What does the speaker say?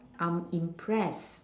I'm impressed